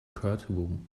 courtroom